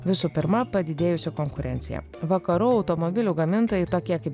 visų pirma padidėjusi konkurencija vakarų automobilių gamintojai tokie kaip